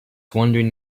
wondering